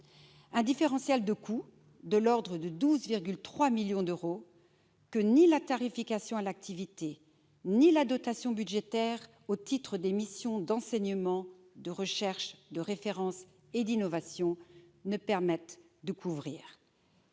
un différentiel de coûts de l'ordre de 12,3 millions d'euros, que ni la tarification à l'activité ni la dotation budgétaire au titre des missions d'enseignement, de recherche, de référence et d'innovation ne permettent de couvrir.